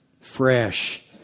Fresh